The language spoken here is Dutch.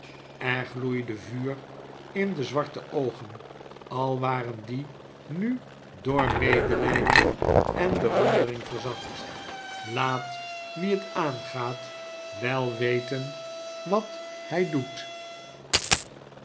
er gloeide vuur in de zwarte oogen al waren die nu door medelyden en bewondering verzacht laat wie het aangaat wel weten wat hij doet